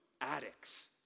addicts